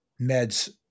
meds